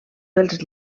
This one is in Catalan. pels